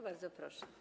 Bardzo proszę.